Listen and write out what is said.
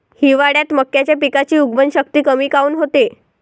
हिवाळ्यात मक्याच्या पिकाची उगवन शक्ती कमी काऊन होते?